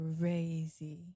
crazy